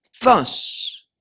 thus